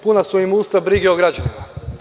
Puna su im usta brige o građanima.